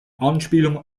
anspielung